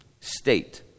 state